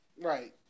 Right